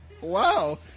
Wow